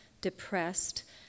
depressed